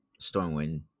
Stormwind